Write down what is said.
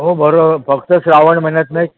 हो बरोबर फक्त श्रवण महिन्यात नाही